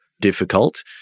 difficult